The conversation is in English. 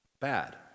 bad